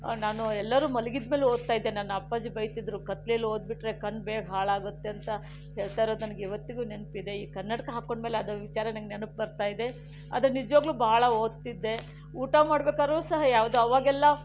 ನಾನು ಎಲ್ಲರೂ ಮಲಗಿದಮೇಲೆ ಓದ್ತಾ ಇದ್ದೆ ನನ್ನ ಅಪ್ಪಾಜಿ ಬೈತಿದ್ದರು ಕತ್ತಲೇಲಿ ಓದಿಬಿಟ್ಟರೆ ಕಣ್ಣು ಬೇಗ ಹಾಳಾಗುತ್ತೆ ಅಂತ ಹೇಳ್ತಾ ಇರೋದು ನನಗೆ ಇವತ್ತಿಗೂ ನೆನಪಿದೆ ಈ ಕನ್ನಡಕ ಹಾಕ್ಕೊಂಡಮೇಲೆ ಅದರ ವಿಚಾರ ನನಗೆ ನೆನಪು ಬರ್ತಾ ಇದೆ ಆದರೆ ನಿಜವಾಗಲೂ ಬಹಳ ಓದ್ತಿದ್ದೆ ಊಟ ಮಾಡ್ಬೇಕಾದ್ರೂ ಸಹ ಯಾವುದು ಆವಾಗೆಲ್ಲ